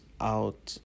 out